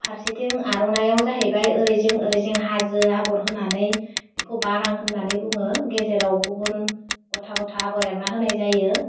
फारसेथिं आर'नाइआव जाहैबाय ओरै जिं ओरै जिं हाजो आग'र होनानै बेखौ बारां होन्नानै बुङो गेजेराव गुबुन गथा गथा आगर एरना होनाय जायो